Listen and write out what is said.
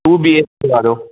two B H K वारो